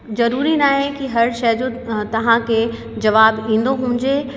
ज़रूरी नाहे कि हर शइ जो तव्हां खे जवाबु ईंदो हुजे